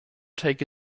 take